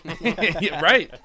Right